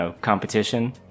competition